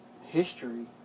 history